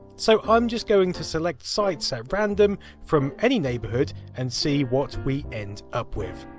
so i'm just going to select sites at random from any neighbourhood and see what we end up with.